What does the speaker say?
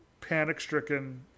panic-stricken